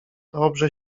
dobrze